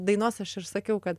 dainos aš ir sakiau kad